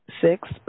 Six